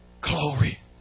Glory